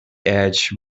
edge